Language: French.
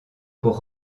pour